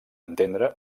entendre